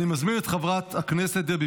אני קובע כי הצעת חוק הכניסה לישראל (תיקון,